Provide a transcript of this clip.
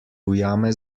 ujame